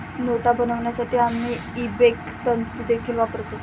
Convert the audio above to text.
नोटा बनवण्यासाठी आम्ही इबेक तंतु देखील वापरतो